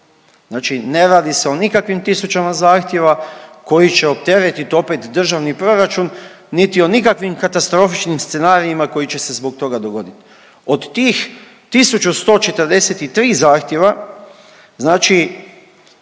Znači ne radi se o nikakvim tisućama zahtjeva koji će opteretit opet Državni proračun, niti o nikakvim katastrofičnim scenarijima koji će se zbog toga dogodit. Od tih 1.143 zahtjeva znači,